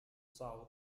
são